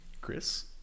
Chris